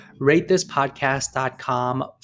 ratethispodcast.com